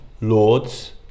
Lords